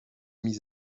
mis